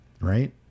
right